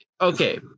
okay